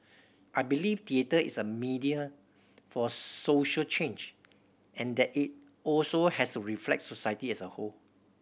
I believe theatre is a medium for social change and that it also has to reflect society as a whole